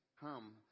Come